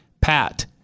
PAT